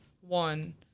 one